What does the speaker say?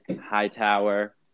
Hightower